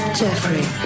jeffrey